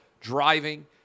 driving